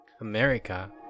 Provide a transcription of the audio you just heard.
America